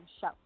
show